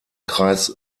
kreis